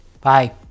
Bye